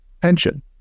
pension